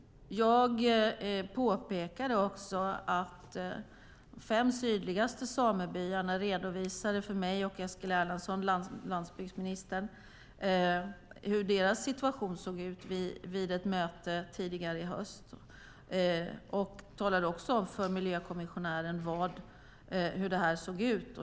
Jag påpekade också att de fem sydligaste samebyarna vid ett möte tidigare i höst redovisade för mig och landsbygdsminister Eskil Erlandsson hur deras situation såg ut. Jag talade om för miljökommissionären hur det här såg ut.